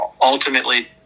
ultimately